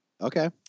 Okay